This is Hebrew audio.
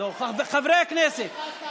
חברי הכנסת,